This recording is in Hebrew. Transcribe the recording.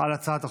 על הצעת החוק.